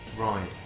Right